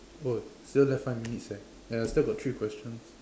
!oi! still left five minutes leh and still got three questions